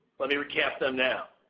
let me recap them now.